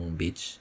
beach